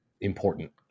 important